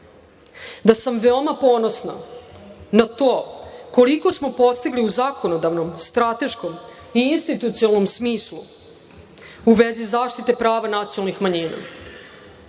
da sam veoma ponosna na to koliko smo postigli u zakonodavnom, strateškom i institucionalnom smislu u vezi zaštite prava nacionalnih manjina.U